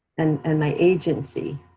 and and my agency?